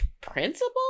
principal